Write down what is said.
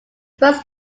first